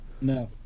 No